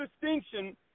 distinction